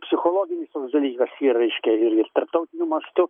psichologinis toks dalykas yra reiškia ir ir tarptautiniu mastu